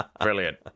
Brilliant